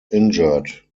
injured